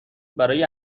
برای